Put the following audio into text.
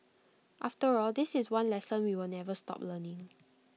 after all this is one lesson we will never stop learning